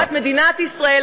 לטובת מדינת ישראל,